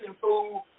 food